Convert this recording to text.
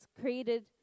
created